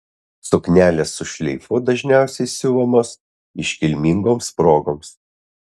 suknelės su šleifu dažniausiai siuvamos iškilmingoms progoms